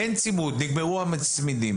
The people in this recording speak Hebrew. אין צימוד, נגמרו הצמידים.